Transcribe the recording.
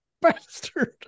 Bastard